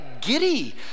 giddy